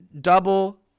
double